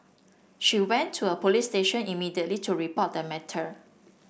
she went to a police station immediately to report the matter